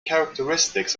characteristics